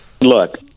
look